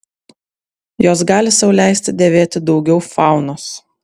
jos gali sau leisti dėvėti daugiau faunos